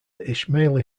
ismaili